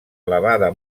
elevada